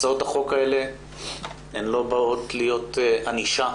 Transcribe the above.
הצעות החוק האלה לא באות להיות ענישה,